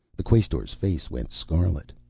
the quaestor's face went scarlet.